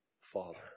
father